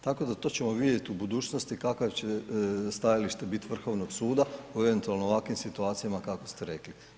Tako da to ćemo vidjeti u budućnosti, kakvo će stajalište biti Vrhovnog suda, u eventualno ovakvim situacijama kakve ste rekli.